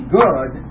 good